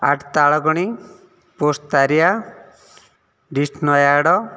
at Talakani post Taria dist Nayagarh